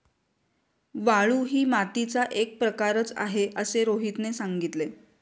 वाळू ही मातीचा एक प्रकारच आहे असे रोहितने सांगितले